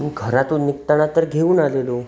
मी घरातून निघताना तर घेऊन आलेलो